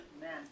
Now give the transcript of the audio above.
Amen